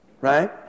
Right